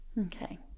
okay